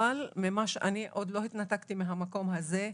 אבל אני עוד לא התנתקתי מהמקום הזה.